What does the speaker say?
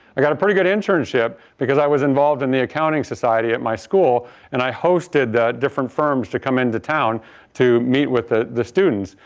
i got a pretty good internship because i was involved in the accounting society at my school and i hosted different firms to come into town to meet with the the students.